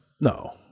No